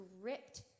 gripped